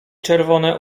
czerwone